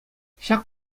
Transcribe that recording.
ҫак